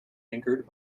anchored